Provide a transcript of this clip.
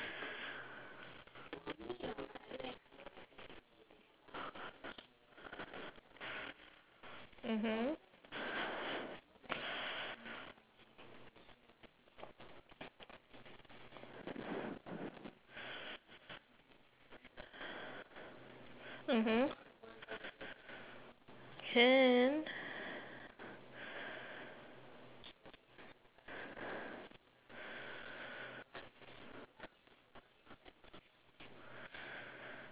mmhmm mmhmm can